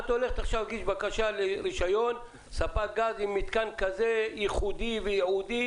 את הולכת להגיש בקשה לרישיון ספק גז עם מתקן ייחודי וייעודי